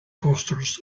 posters